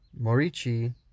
Morichi